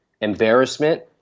embarrassment